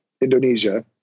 Indonesia